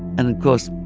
and of course,